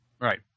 Right